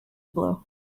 blow